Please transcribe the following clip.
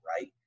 right